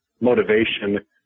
motivation